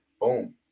Boom